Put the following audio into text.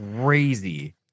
crazy